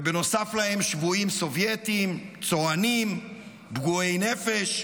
ונוסף להם שבויים סובייטים, צוענים, פגועי נפש.